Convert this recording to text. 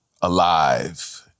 alive